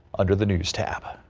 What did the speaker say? under the news tap.